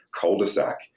cul-de-sac